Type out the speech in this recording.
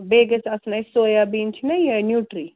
بیٚیہِ گژھِ آسٕنۍ اَسہِ سویا بیٖن چھِ نا یہِ نیوٗٹرٛی